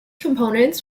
components